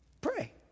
Pray